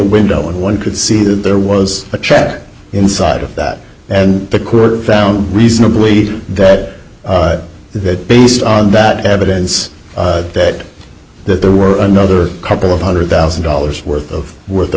window and one could see that there was a check inside of that and the court found reasonably that that based on that evidence that that there were another couple of hundred thousand dollars worth of worth of